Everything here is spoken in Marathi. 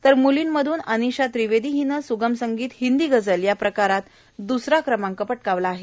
तर मुलींमधून अनिषा त्रिवेदी हिने स्गम संगीत हिंदी गझल या प्रकारात द्सरा क्रमांक पटकावला आहे